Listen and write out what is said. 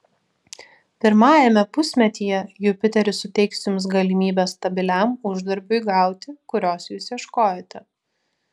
pirmajame pusmetyje jupiteris suteiks jums galimybę stabiliam uždarbiui gauti kurios jūs ieškojote